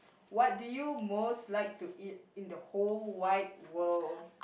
what do you most like to eat in the whole wide world